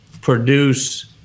produce